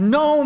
no